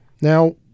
Now